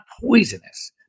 poisonous